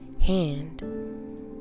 hand